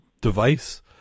device